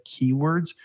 keywords